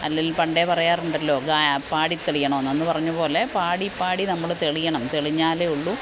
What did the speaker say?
അല്ലേൽ പണ്ടേ പറയാറുണ്ടല്ലോ ഗാ പാടിത്തെളിയണമെന്ന് എന്ന് പറഞ്ഞപോലെ പാടിപ്പാടി നമ്മള് തെളിയണം തെളിഞ്ഞാലേ ഉള്ളൂ